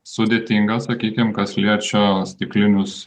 sudėtinga sakykim kas liečia stiklinius